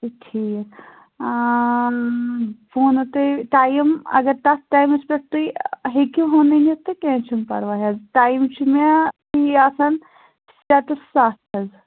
اچھا ٹھیٖک بہٕ وَنہو تۅہہِ ٹایم اگر تتھ ٹایمس پیٚٹھ تُہۍ ہیٚکہون أنِتھ تہٕ کیٚنٛہہ چُھنہِ پَرواے حظ ٹایم چھُ مےٚ فرٛی آسان شَیٚے ٹُو سَتھ حظ